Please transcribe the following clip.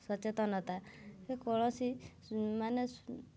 ସଚେତନତା ସେ କୌଣସି ମାନେ